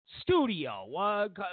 studio